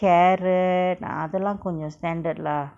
carrot ah அதலா கொஞ்சோ:athala konjo standard lah